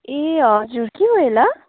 ए हजुर के भयो होला